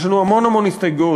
יש לנו המון המון הסתייגויות,